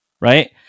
right